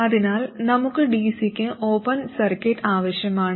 അതിനാൽ നമുക്ക് dc ക്ക് ഓപ്പൺ സർക്യൂട്ട് ആവശ്യമാണ്